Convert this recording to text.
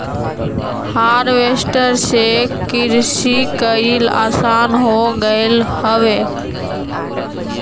harvester से किरसी कईल आसान हो गयल हौवे